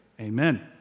amen